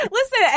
Listen